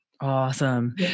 Awesome